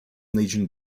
legion